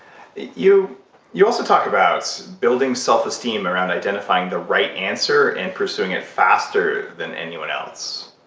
you you also talk about building self-esteem around identifying the right answer and pursuing it faster than anyone else.